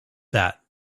that